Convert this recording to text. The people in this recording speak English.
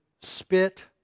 spit